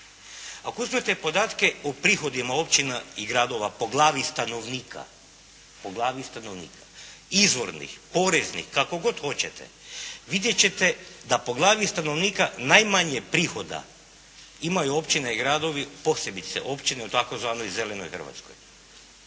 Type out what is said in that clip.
Ako uzmete podatke o prihodima općina i gradova po glavi stanovnika, po glavi stanovnika, izvornih, poreznih, kako god hoćete, vidjeti ćete da po glavi stanovnika najmanje prihoda imaju općine i gradovi posebice općine u tzv. zelenoj Hrvatskoj.